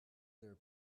their